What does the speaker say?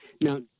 Now